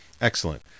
Excellent